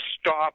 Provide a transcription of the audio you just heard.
stop